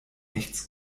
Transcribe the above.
nichts